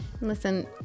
Listen